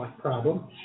problem